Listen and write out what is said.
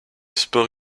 sport